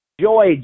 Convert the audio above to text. Joy